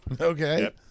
Okay